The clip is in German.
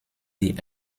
die